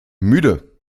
müde